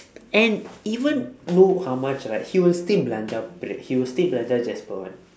and even though how much right he will still belanja praem he will still belanja jasper [one]